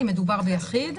אם מדובר ביחיד,